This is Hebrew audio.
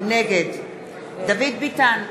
נגד דוד ביטן,